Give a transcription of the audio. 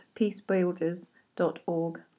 peacebuilders.org